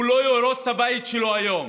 הוא לא יהרוס את הבית שלו היום,